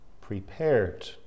prepared